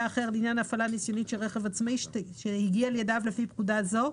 אחר לעניין הפעלה ניסיונית של רכב עצמאי שהגיע לידיו לפי פקודה זו,